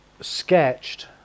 sketched